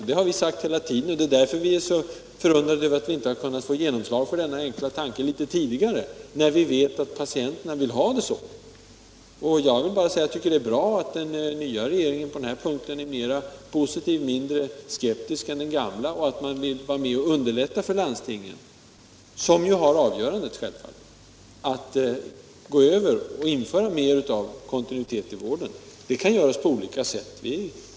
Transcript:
Det har vi sagt hela tiden, och det är därför vi är förundrade över att vi inte har kunnat få genomslag för denna enkla tanke tidigare. Vi vet ju att patienterna vill ha en sådan ordning. Det är bra att den nya regeringen är mindre skeptisk än den gamla på denna punkt och vill bidra till att underlätta för landstingen, som självfallet har avgörandet i sin hand när det gäller att införa mera av kontinuitet i vården. Det kan också göras på olika sätt.